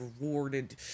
rewarded